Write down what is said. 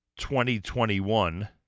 2021